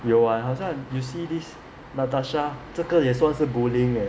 有 ah 好像 you see this natasha 这个也算是 bullying leh